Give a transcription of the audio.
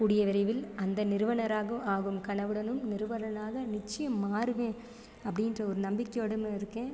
கூடிய விரைவில் அந்த நிறுவனராக ஆகும் கனவுடனும் நிறுவனராக நிச்சயம் மாறுவேன் அப்படின்ற ஒரு நம்பிக்கையுடன் இருக்கேன்